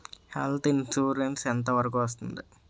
Health insurance ఎంత వరకు వస్తుంది?